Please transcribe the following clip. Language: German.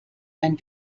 ein